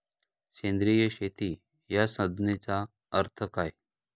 सेंद्रिय शेती या संज्ञेचा अर्थ काय?